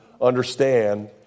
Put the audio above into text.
understand